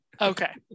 Okay